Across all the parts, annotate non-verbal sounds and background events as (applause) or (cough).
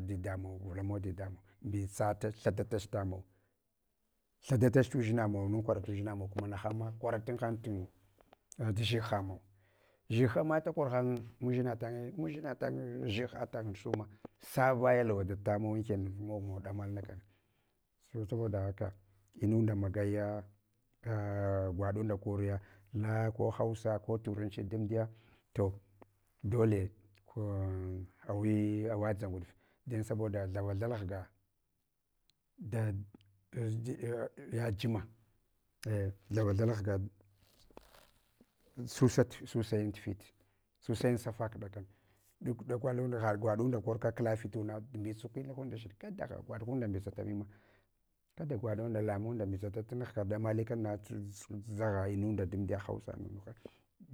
Dadamun vulamawa dadamun, mbitsatach thadatach tamau. Thadatch tudʒinamawa ana kwara tudʒinamawa, kuma nahan ma kuratan hang udʒihahamawa, dʒighhama da korhan mudʒinatanye, udʒina tange, dʒighha tang suma. Sa vaya lung da tama wa anken da kormawa ɗamalna kana so saboda haka inunda magaya, ah gwaɗun da koriya la ko hausa ko turanchi dam diya, to dole awi awadʒa ngudje don saboda thavathal ghga da (hesitation) yajima, thavathae ghga susayin tufit, susayin safak ɗakan duk dakwalunda ha gwaɗinda korka wa fituna. Mbitsaku inahu undashiɗ kada haha gwab hunda mbitsa mima, kada gwaɗunda lamunda mbitsata tumughka ɗamalukal dʒagha ainun da damdiya hausa mumuhana.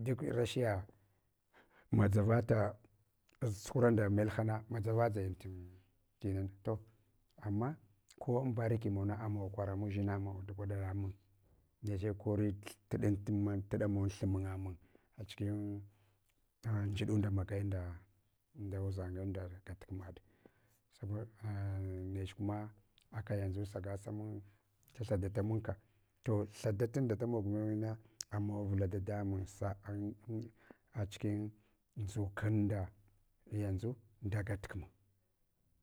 Ruk rashi ya mʒavata tsuhura nda melhana masa dʒavadʒayin tinana. To ama ko an barki mawana ama kora mudʒinamawa gwaɗa mun. (unintelligible) Achikin taghan dʒiɗanda magaina. Kuma aka yanʒu sagasamun da thadata mun ka. To tha da tatum da mog munna amma vula dadamun sa’a achikin ndʒukan da yanʒu nda gat kma.